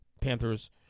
Panthers